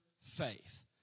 faith